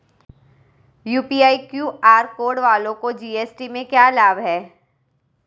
UPI QR code वालों को GST में लाभ क्या है?